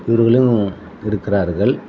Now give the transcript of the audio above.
இவர்களும் இருக்கிறார்கள்